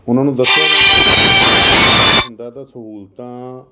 ਉਹਨਾਂ ਨੂੰ ਦੱਸਿਆ ਸਹੂਲਤਾਂ